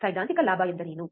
ಸೈದ್ಧಾಂತಿಕ ಲಾಭ ಎಂದರೇನು